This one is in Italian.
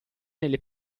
nelle